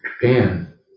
Japan